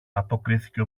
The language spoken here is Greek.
αποκρίθηκε